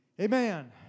Amen